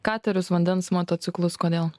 katerius vandens motociklus kodėl